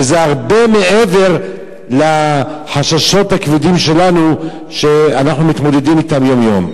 שזה הרבה מעבר לחששות הכבדים שלנו שאנחנו מתמודדים אתם יום-יום.